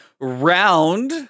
round